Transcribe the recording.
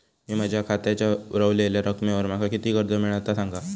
मी माझ्या खात्याच्या ऱ्हवलेल्या रकमेवर माका किती कर्ज मिळात ता सांगा?